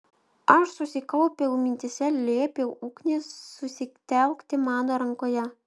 aš susikaupiau mintyse liepiau ugniai susitelkti mano rankoje